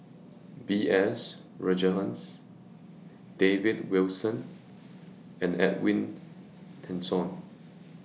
B S Rajhans David Wilson and Edwin Tessensohn